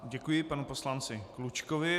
Děkuji panu poslanci Klučkovi.